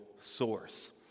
source